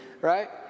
Right